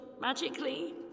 magically